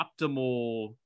optimal